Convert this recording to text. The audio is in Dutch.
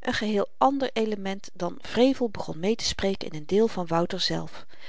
een geheel ànder element van wrevel begon meetespreken in n deel van wouter zelf